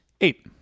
Eight